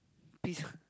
peace